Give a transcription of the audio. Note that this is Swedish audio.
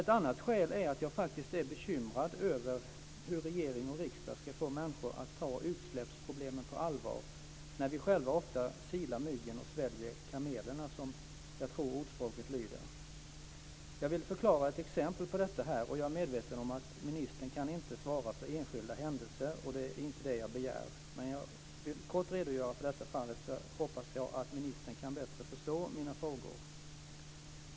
Ett annat skäl är att jag faktiskt är bekymrad över hur regering och riksdag ska få människor att ta utsläppsproblemen på allvar när vi själva ofta silar mygg och sväljer kameler, som jag tror ordspråket lyder. Jag vill ta upp ett exempel på det här. Jag är medveten om att ministern inte kan svara för enskilda händelser, och det begär jag inte heller. Men jag vill kort redogöra för det här fallet, och jag hoppas att ministern då bättre kan förstå mina frågor.